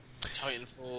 Titanfall